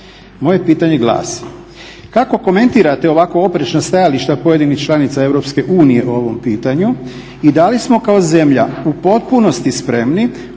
Moje pitanje glasi: Kako komentirate ovakva oprečna stajališta pojedinih članica EU o ovom pitanju i da li smo kao zemlja u potpunosti spremni